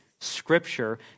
scripture